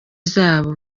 zabo